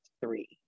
three